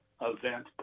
event